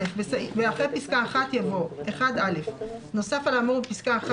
- אחרי פסקה (1) יבוא: "(1א)נוסף על האמור בפסקה (1),